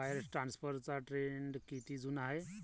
Wire ट्रान्सफरचा trend किती जुना आहे?